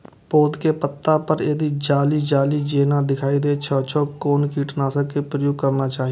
पोधा के पत्ता पर यदि जाली जाली जेना दिखाई दै छै छै कोन कीटनाशक के प्रयोग करना चाही?